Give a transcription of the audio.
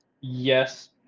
Yes